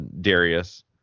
darius